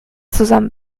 zusammen